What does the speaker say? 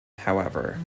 however